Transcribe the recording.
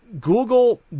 Google